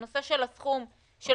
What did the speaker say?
הנושא של הסכום למי